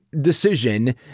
decision